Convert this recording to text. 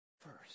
first